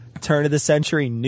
turn-of-the-century